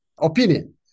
opinion